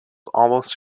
almost